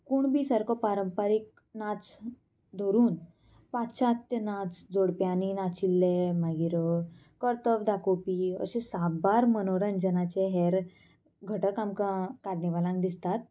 कुणबी सारको पारंपारीक नाच धरून पाश्चात्य नाच जोडप्यांनी नाचिल्ले मागीर कर्तब दाखोवपी अशे साबार मनोरंजनाचे हेर घटक आमकां कार्निवालान दिसतात